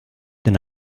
denn